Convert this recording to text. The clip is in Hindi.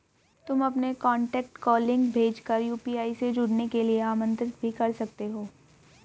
तुम अपने कॉन्टैक्ट को लिंक भेज कर यू.पी.आई से जुड़ने के लिए आमंत्रित भी कर सकते हो